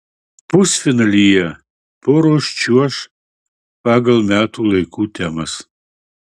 pusfinalyje poros čiuoš pagal metų laikų temas